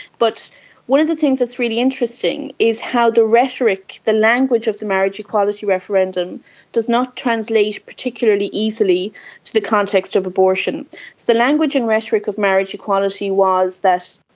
but one of the things that's really interesting is how the rhetoric, the language of the marriage equality referendum does not translate particularly easily to the context of abortion. so the language and rhetoric of marriage equality was that,